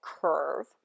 curve